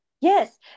Yes